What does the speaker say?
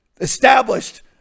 established